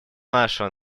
нашего